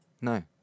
No